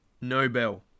Nobel